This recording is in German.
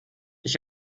ich